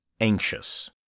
Anxious